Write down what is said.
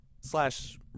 slash